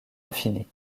infini